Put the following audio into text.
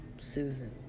Susan